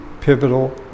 pivotal